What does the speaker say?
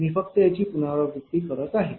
मी फक्त याची पुनरावृत्ती करीत आहे